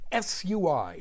SUI